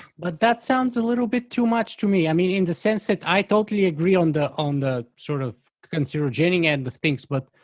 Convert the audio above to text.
but that sounds a little bit too much to me, i mean in the sense that i totally agree on the, on the, sort of, carcinogenic and but things but,